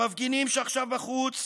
למפגינים שעכשיו בחוץ,